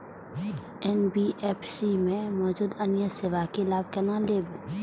NBFC में मौजूद अन्य सेवा के लाभ केना लैब?